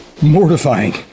Mortifying